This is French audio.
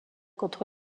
contre